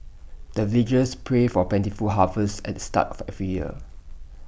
the villagers pray for plentiful harvest at the start of every year